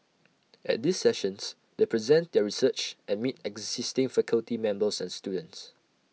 at these sessions they present their research and meet existing faculty members and students